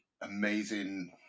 amazing